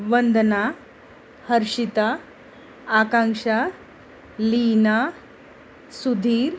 Vandana Harshita Akanksha Leena Sudhir